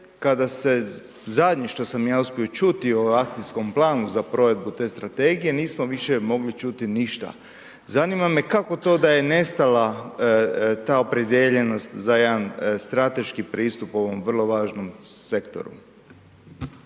kada se zadnje što sam ja uspio čuti o akcijskom planu za provedbu te strategije nismo više mogli čuti ništa, zanima me kako to da je nestala ta opredijeljenost za jedan strateški pristup ovom vrlo važnom sektoru?